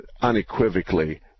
unequivocally